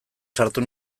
sartu